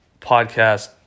podcast